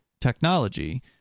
technology